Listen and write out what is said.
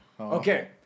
Okay